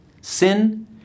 Sin